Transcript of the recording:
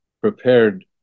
prepared